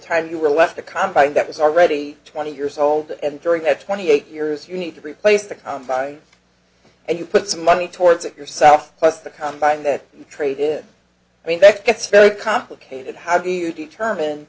time you were left the combine that was already twenty years old and during that twenty eight years you need to replace the combine and you put some money towards it yourself plus the combine that trait is i mean that gets very complicated how do you determine